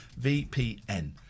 VPN